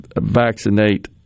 vaccinate